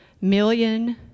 million